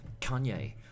Kanye